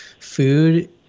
Food